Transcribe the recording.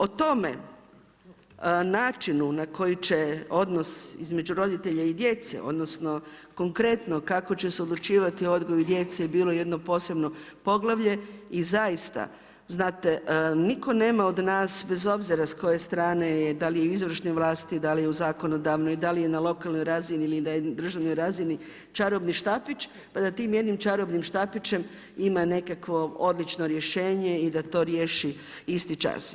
O tome načinu na koji će odnos između roditelja i djece, odnosno konkretno kako će se odlučivati o odgoju djece je bilo jedno posebno poglavlje i zaista znate nitko nema od nas bez obzira s koje strane je, da li je u izvršnoj vlasti, da li u zakonodavnoj, da li je na lokalnoj razini ili je na državnoj razini, čarobni štapić pa da tim jednim čarobnim štapićem ima nekakvo odlučno rješenje i da to riješi isti čas.